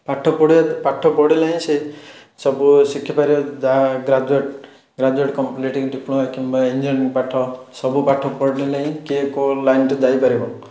ପାଠ ପଢ଼ିବା ଦ୍ୱାରା ପାଠ ପଢ଼ିଲେ ହିଁ ସେ ସବୁ ଶିଖିପାରିବା ଯାହା ଗ୍ରାଜୁଏଟ୍ ଗ୍ରାଜୁଏଟ୍ କମ୍ପ୍ଲିଟିଂ ଡିପ୍ଲୋମା କିମ୍ୱା ଇଂଜିନିୟରିଂ ପାଠ ସବୁ ପାଠ ପଢ଼ିଲେ ହିଁ କିଏ କେଉଁ ଲାଇନ୍ରେ ଯାଇପାରିବ